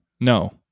No